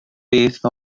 beth